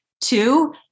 Two